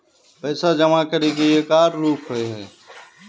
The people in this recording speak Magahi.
पैसा जमा करे के एक आर रूप होय है?